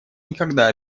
никогда